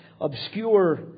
obscure